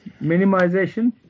Minimization